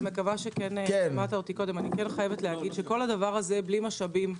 אני חייבת להגיד שכל הדבר הזה בלי משאבים אדירים,